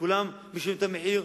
כולם משלמים את המחיר,